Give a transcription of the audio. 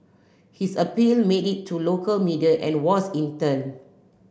his appeal made it to local media and was in turn